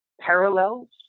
parallels